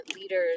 leaders